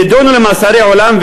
נידונו למאסרי עולם,